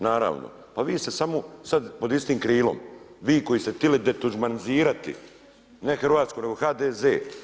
Naravno, pa vi ste samo sad pod istim krilom, vi koji ste htjeli detuđmanizirati, ne Hrvatsku nego HDZ.